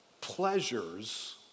pleasures